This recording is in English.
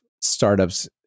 startups